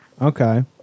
Okay